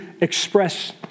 express